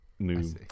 New